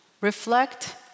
reflect